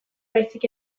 baizik